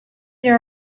there